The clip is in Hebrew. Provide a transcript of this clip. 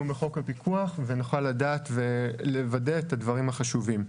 בחוק הפיקוח ונוכל לדעת ולוודא את הדברים החשובים.